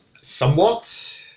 Somewhat